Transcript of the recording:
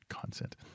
Consent